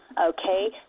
Okay